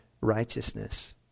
righteousness